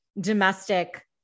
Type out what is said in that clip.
domestic